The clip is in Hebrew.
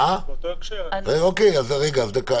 אוקיי, אז דקה.